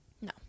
No